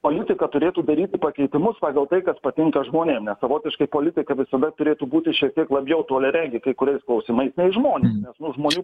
politika turėtų daryti pakeitimus pagal tai kas patinka žmonėm nes savotiškai politika visuome turėtų būti šiek tiek labiau toliaregiai kai kuriais klausimais nei žmonės nes nu žmonių